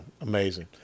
amazing